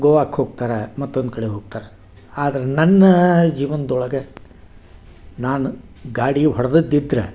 ಗೋವಾಕ್ಕೆ ಹೋಗ್ತಾರೆ ಮತ್ತೊಂದು ಕಡೆ ಹೋಗ್ತಾರೆ ಆದರೆ ನನ್ನ ಜೀವನ್ದೊಳಗೆ ನಾನು ಗಾಡಿ ಹೊಡ್ದಿದ್ ಇದ್ರೆ